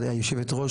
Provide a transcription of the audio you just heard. יושבת הראש,